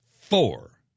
four